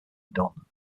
done